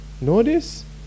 Notice